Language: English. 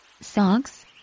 socks